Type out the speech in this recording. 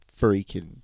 freaking